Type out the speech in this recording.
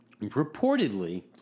reportedly